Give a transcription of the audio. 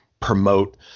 promote